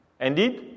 Indeed